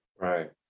Right